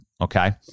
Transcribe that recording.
okay